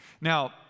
Now